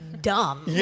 dumb